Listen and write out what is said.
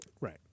Right